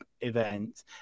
event